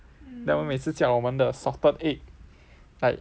then 我们每次叫我们的 salted egg